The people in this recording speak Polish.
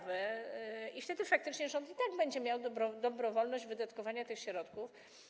Wtedy faktycznie rząd i tak będzie miał dobrowolność wydatkowania tych środków.